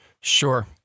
Sure